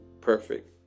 perfect